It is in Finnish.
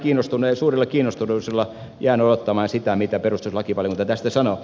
ihan suurella kiinnostuneisuudella jään odottamaan mitä perustuslakivaliokunta tästä sanoo